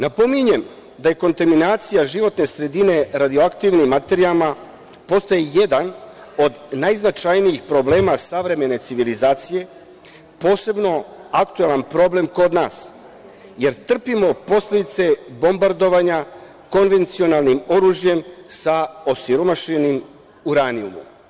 Napominjem da je kontaminacija životne sredine radioaktivnim materijama postaje jedan od najznačajnijih problema savremene civilizacije, posebno aktuelan problem kod nas, jer trpimo posledice bombardovanja konvencionalnim oružjem sa osiromašenim uranijumom.